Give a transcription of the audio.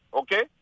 Okay